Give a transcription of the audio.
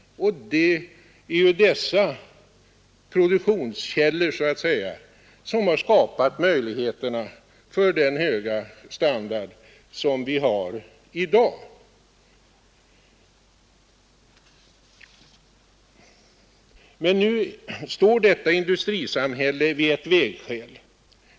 Och det är just de produktionskällorna som 15 december 1972 har skapat möjligheterna för den höga standard vi har i dag. Nu står emellertid detta industrisamhälle vid ett vägskäl.